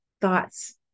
thoughts